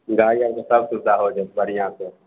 गाड़ी आरके सब सुविधा हो जाएत बढ़ियाँ से